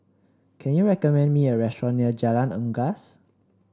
can you recommend me a restaurant near Jalan Unggas